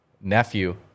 nephew